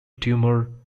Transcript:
tumor